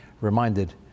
reminded